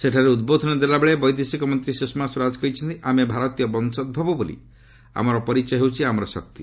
ସେଠାରେ ଉଦ୍ବୋଧନ ଦେଲାବେଳେ ବୈଦେଶିକମନ୍ତ୍ରୀ ସୁଷମା ସ୍ୱରାଜ କହିଛନ୍ତି ଆମେ ଭାରତୀୟ ବଂଶୋଭବ ବୋଲି ଆମର ପରିଚୟ ହେଉଛି ଆମର ଶକ୍ତି